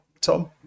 Tom